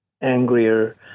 angrier